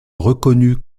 reconnus